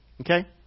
Okay